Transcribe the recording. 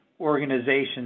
organizations